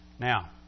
Now